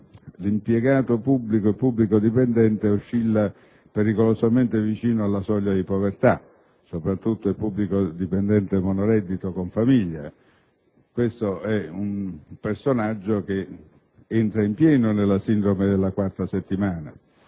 borghesia. Oggi il pubblico dipendente oscilla pericolosamente vicino alla soglia di povertà, soprattutto se monoreddito con famiglia. È un personaggio che entra in pieno nella sindrome della quarta settimana.